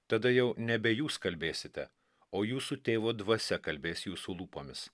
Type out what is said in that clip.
tada jau nebe jūs kalbėsite o jūsų tėvo dvasia kalbės jūsų lūpomis